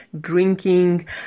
drinking